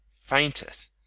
fainteth